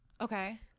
Okay